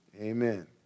Amen